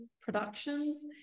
productions